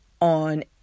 on